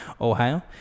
Ohio